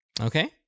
okay